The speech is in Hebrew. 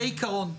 זה עיקרון.